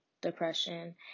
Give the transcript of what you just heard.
depression